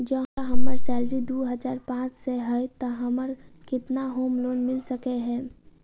जँ हम्मर सैलरी दु हजार पांच सै हएत तऽ हमरा केतना होम लोन मिल सकै है?